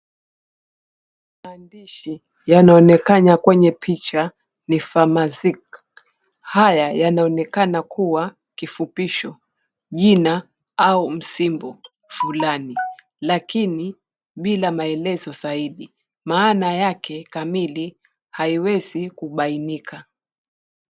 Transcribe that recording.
Maandishi yanaonekana kwenye picha ni FAWAZ. Haya yanaonekana kuwa kifupisho jina au msimbo fulani lakini bila maelezo zaidi maana yake kamili haiwezi kubainika.